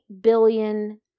billion